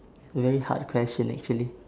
very hard question actually